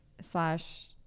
slash